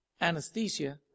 anesthesia